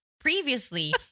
previously